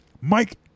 Mike